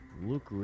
Luke